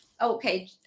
Okay